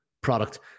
product